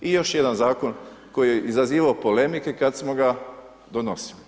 I još jedan zakon, koji je izazivao polemike kada smo ga donosili.